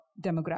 demographic